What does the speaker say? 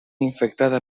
infectada